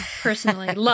personally